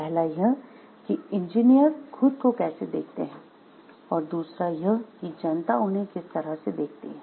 पहला यह कि इंजीनियर खुद को कैसे देखते हैं और दूसरा यह कि जनता उन्हें किस तरह से देखती है